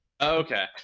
okay